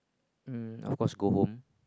um of course go home